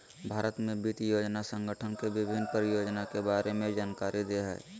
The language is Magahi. भारत में वित्त योजना संगठन के विभिन्न परियोजना के बारे में जानकारी दे हइ